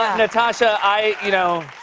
um natasha, i you know,